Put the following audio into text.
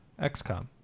XCOM